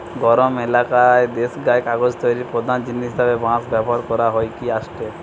গরম এলাকার দেশগায় কাগজ তৈরির প্রধান জিনিস হিসাবে বাঁশ ব্যবহার হইকি আসেটে